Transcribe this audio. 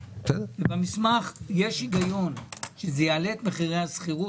ובמסמך יש היגיון שזה יעלה את מחירי השכירות,